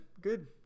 good